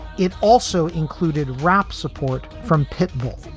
it also included rap support from pitbull.